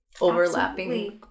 overlapping